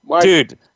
Dude